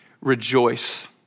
rejoice